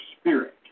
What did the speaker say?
spirit